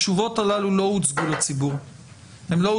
התשובות הללו לא הוצגו לציבור ולתקשורת.